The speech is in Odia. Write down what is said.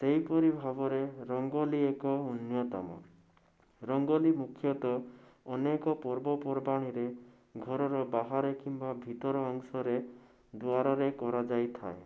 ସେହିପରି ଭାବରେ ରଙ୍ଗୋଲୀ ଏକ ଅନ୍ୟତମ ରଙ୍ଗୋଲୀ ମୁଖ୍ୟତଃ ଅନେକ ପର୍ବପର୍ବାଣୀରେ ଘରର ବାହାରେ କିମ୍ବା ଭିତର ଅଂଶରେ ଦ୍ଵାରରେ କରାଯାଇ ଥାଏ